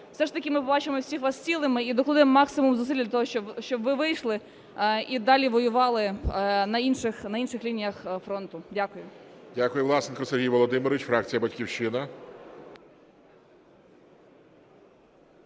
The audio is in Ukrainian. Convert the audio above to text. все ж таки ми побачимо всіх вас цілими і докладемо максимум зусиль для того, щоб ви вийшли і далі воювали на інших лініях фронту. Дякую. ГОЛОВУЮЧИЙ. Дякую. Власенко Сергій Володимирович, фракція "Батьківщина".